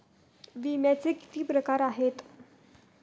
विम्याचे किती प्रकार आहेत?